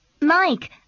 Mike